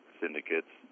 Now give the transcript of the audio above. syndicates